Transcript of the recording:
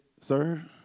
sir